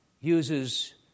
uses